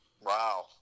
Wow